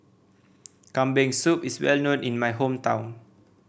Kambing Soup is well known in my hometown